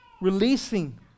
releasing